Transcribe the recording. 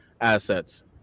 assets